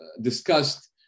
discussed